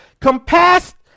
Compassed